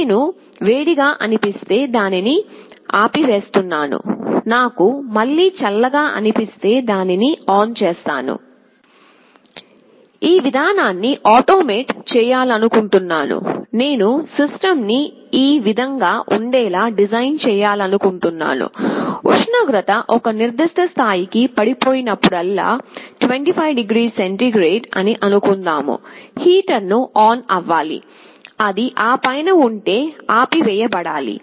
నేను వేడిగా అనిపిస్తే దాన్ని ఆపివేస్తున్నాను నాకు మళ్ళీ చల్లగా అనిపిస్తే దాన్ని ఆన్ చేస్తాను ఈ విధానాన్ని ఆటోమేట్ చేయాలనుకుంటున్నాను నేను సిస్టం ని ఈ విధం గా ఉండేలా డిజైన్ చేయాలి అనుకుంటున్నాను ఉష్ణోగ్రత ఒక నిర్దిష్ట స్థాయికి పడిపోయినప్పుడల్లా 25 డిగ్రీల సెంటీగ్రేడ్ అని అనుకుందాం హీటర్ను ఆన్ అవ్వాలి అది ఆ పైన ఉంటే ఆపివేయబడాలి